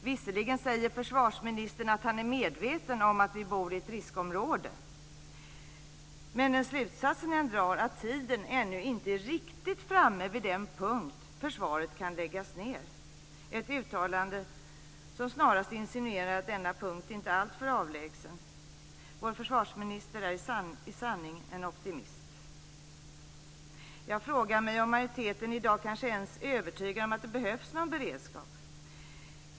Visserligen säger försvarsministern att han är medveten om att vi bor i ett riskområde, men den slutsats han drar är att vi ännu inte är riktigt framme vid den punkt då försvaret kan läggas ned - ett uttalande som snarast insinuerar att denna punkt inte är alltför avlägsen. Vår försvarsminister är i sanning en optimist. Jag frågar mig om majoriteten i dag ens är övertygad om att det behövs någon beredskap.